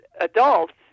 adults